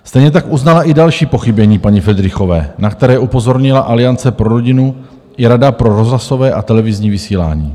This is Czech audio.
Stejně tak uznala i další pochybení paní Fridrichové, na které upozornila Aliance pro rodinu i Rada pro rozhlasové a televizní vysílání.